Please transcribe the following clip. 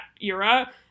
era